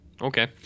Okay